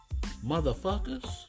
Motherfuckers